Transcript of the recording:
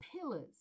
pillars